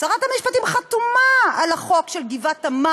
שרת המשפטים חתומה על החוק של גבעת-עמל,